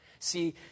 See